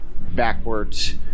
backwards